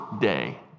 day